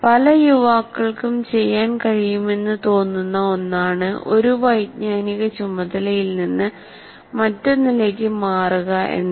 പല യുവാക്കൾക്കും ചെയ്യാൻ കഴിയുമെന്ന് തോന്നുന്ന ഒന്നാണ് ഒരു വൈജ്ഞാനിക ചുമതലയിൽ നിന്ന് മറ്റൊന്നിലേക്ക് മാറുക എന്നത്